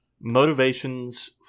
motivations